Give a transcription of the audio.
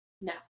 No